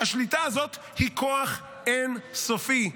השליטה הזאת היא כוח אין סופי,